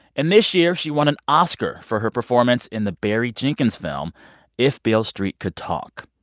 and this year, she won an oscar for her performance in the barry jenkins film if beale street could talk.